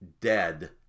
dead